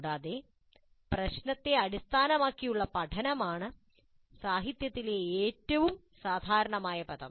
കൂടാതെ പ്രശ്നത്തെ അടിസ്ഥാനമാക്കിയുള്ള പഠനമാണ് സാഹിത്യത്തിലെ ഏറ്റവും സാധാരണമായ പദം